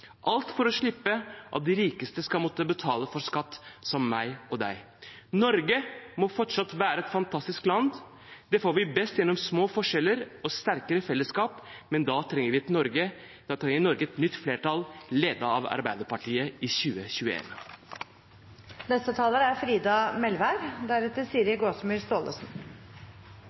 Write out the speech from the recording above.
alt for at de rikeste skal slippe å måtte betale skatt som meg og deg. Norge må fortsatt være et fantastisk land. Det får vi best gjennom små forskjeller og sterkere fellesskap, men da trenger Norge et nytt flertall ledet av Arbeiderpartiet i 2021. I sommar brukte eg mykje tid på å reise rundt i